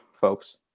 folks